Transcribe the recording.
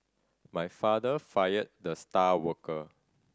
my father fired the star worker